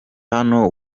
hano